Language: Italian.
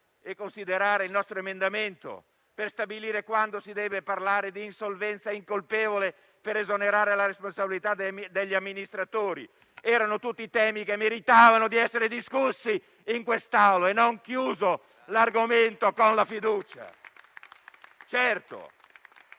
né considerare il nostro emendamento per stabilire quando si deve parlare di insolvenza incolpevole per esonerare gli amministratori dalla responsabilità. Erano tutti temi che meritavano di essere discussi in quest'Assemblea, senza chiudere l'argomento con la fiducia.